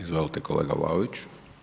Izvolite kolega Vlaović.